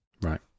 Right